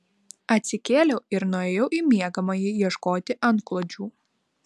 atsikėliau ir nuėjau į miegamąjį ieškoti antklodžių